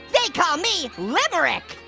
they call me limerick.